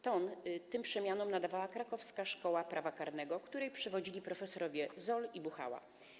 Ton tym przemianom nadawała krakowska szkoła prawa karnego, której przewodzili profesorowie Zoll i Buchała.